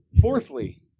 Fourthly